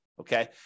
okay